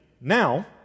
Now